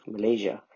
Malaysia